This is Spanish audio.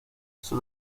sus